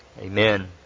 Amen